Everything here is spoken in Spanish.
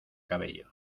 cabello